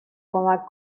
کمک